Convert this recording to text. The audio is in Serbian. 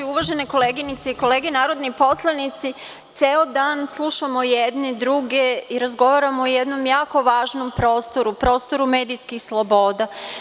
Uvažene koleginice i kolege, narodni poslanici, ceo dan slušamo jedni druge i razgovaramo o jednom jako važnom prostoru, prostoru medijskih sloboda.